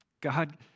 God